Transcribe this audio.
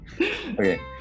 Okay